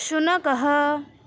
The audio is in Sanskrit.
शुनकः